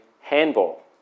handball